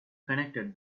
connected